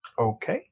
okay